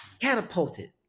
catapulted